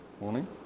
Morning